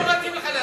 לא מתאים לך להסית,